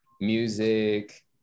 music